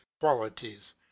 qualities